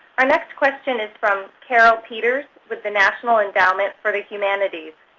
our next question is from carol peters with the national endowment for the humanities.